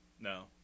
No